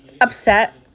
upset